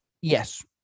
Yes